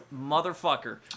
Motherfucker